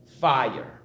fire